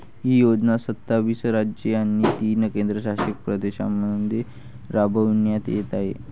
ही योजना सत्तावीस राज्ये आणि तीन केंद्रशासित प्रदेशांमध्ये राबविण्यात येत आहे